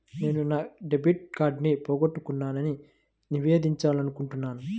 నేను నా డెబిట్ కార్డ్ని పోగొట్టుకున్నాని నివేదించాలనుకుంటున్నాను